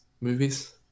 movies